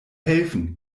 helfen